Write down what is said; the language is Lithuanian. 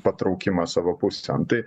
patraukimą savo pusėn tai